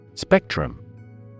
Spectrum